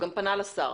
הוא גם פנה לשר.